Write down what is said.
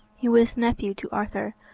he was nephew to arthur,